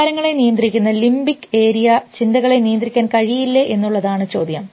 വികാരങ്ങളെ നിയന്ത്രിക്കുന്ന limbic area ചിന്തകളെ നിയന്ത്രിക്കാൻ കഴിയില്ലേ എന്നുള്ളതാണ് ചോദ്യം